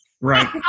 right